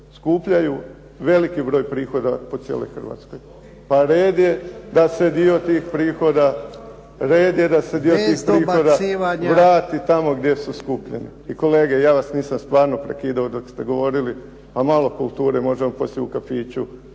skupljaju veliki broj prihoda po cijeloj Hrvatskoj. Pa red je da se dio tih prihoda … **Jarnjak, Ivan (HDZ)** Bez dobacivanja. **Huška, Davor (HDZ)** … vrati tamo gdje su skupljeni. I kolege, ja vas nisam stvarno prekidao dok ste govorili, pa malo kulture, možemo poslije u kafiću